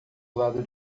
lado